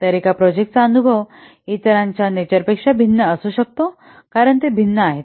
तर एका प्रोजेक्टाचा अनुभव इतरांच्या नेचरपेक्षा भिन्न असू शकतो कारण ते भिन्न आहेत